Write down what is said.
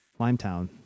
Limetown